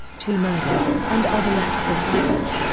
two murders, and other acts of violence.